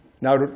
Now